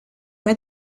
pas